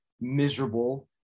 miserable